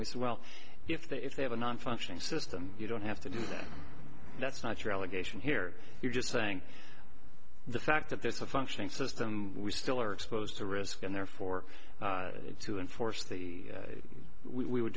which well if they if they have a nonfunctioning system you don't have to do that that's not your allegation here you're just saying the fact that there's a functioning system we still are exposed to risk and therefore to enforce the we would